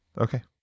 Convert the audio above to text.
Okay